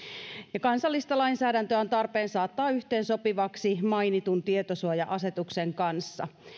ja kansallista lainsäädäntöä on tarpeen saattaa yhteensopivaksi mainitun tietosuoja asetuksen kanssa